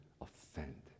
offend